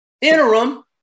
interim